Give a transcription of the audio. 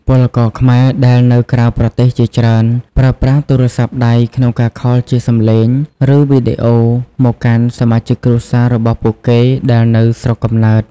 ពលករខ្មែរដែលនៅក្រៅប្រទេសជាច្រើនប្រើប្រាស់ទូរស័ព្ទដៃក្នុងការខលជាសម្លេង ឬ វីដេអូមកកាន់សមាជិកគ្រួសាររបស់ពួកគេដែលនៅស្រុកកំណើត។